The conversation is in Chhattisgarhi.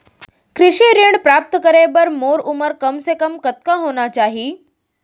कृषि ऋण प्राप्त करे बर मोर उमर कम से कम कतका होना चाहि?